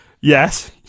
Yes